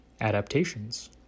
Adaptations